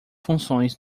funções